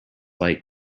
like